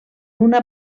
una